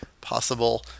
possible